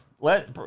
let